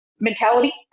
Mentality